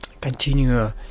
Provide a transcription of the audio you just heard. continue